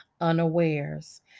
unawares